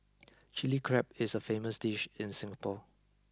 Chilli Crab is a famous dish in Singapore